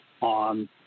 on